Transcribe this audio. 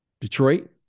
Detroit